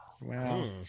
Wow